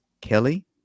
Kelly